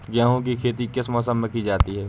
गेहूँ की खेती किस मौसम में की जाती है?